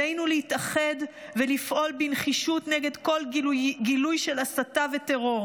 עלינו להתאחד ולפעול בנחישות נגד כל גילוי של הסתה וטרור.